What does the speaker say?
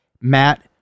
Matt